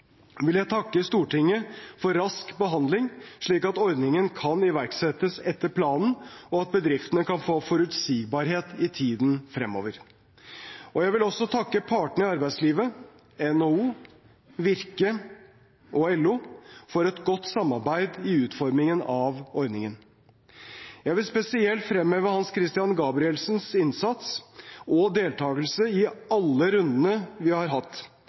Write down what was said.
vil jeg takke Stortinget for rask behandling, slik at ordningen kan iverksettes etter planen, og slik at bedriftene kan få forutsigbarhet i tiden fremover. Jeg vil også takke partene i arbeidslivet – NHO, Virke og LO – for et godt samarbeid i utformingen av ordningen. Jeg vil spesielt fremheve Hans-Christian Gabrielsens innsats og deltagelse i alle rundene vi har hatt,